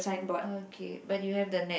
okay but you have the net